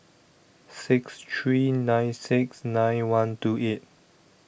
six three nine six nine one two eight